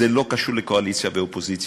זה לא קשור לקואליציה ואופוזיציה,